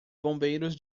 bombeiros